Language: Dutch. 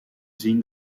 zien